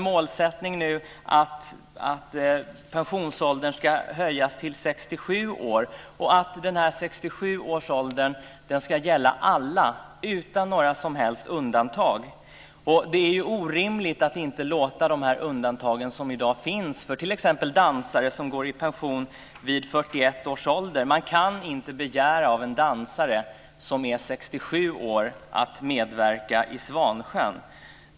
Målsättningen är att pensionsåldern ska höjas till 67 år, och det ska gälla alla utan några som helst undantag. Det är orimligt att inte behålla de undantag som i dag finns. En dansare går i pension vid 41 års ålder. Man kan inte begära att en dansare som är 67 år ska medverka i Svansjön.